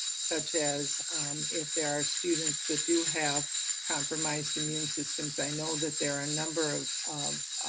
such as if there are students that do have compromised immune systems. i know that there are a number of of